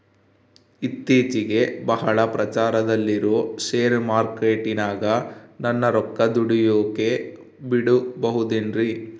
ಇತ್ತೇಚಿಗೆ ಬಹಳ ಪ್ರಚಾರದಲ್ಲಿರೋ ಶೇರ್ ಮಾರ್ಕೇಟಿನಾಗ ನನ್ನ ರೊಕ್ಕ ದುಡಿಯೋಕೆ ಬಿಡುಬಹುದೇನ್ರಿ?